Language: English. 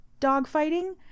dogfighting